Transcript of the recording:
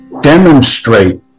demonstrate